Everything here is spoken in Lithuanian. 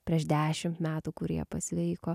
prieš dešimt metų kurie pasveiko